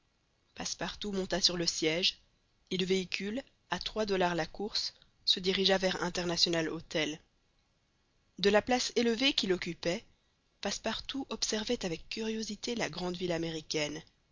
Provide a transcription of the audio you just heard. passepartout monta sur le siège et le véhicule à trois dollars la course se dirigea vers international hôtel de la place élevée qu'il occupait passepartout observait avec curiosité la grande ville américaine